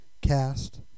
Cast